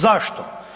Zašto?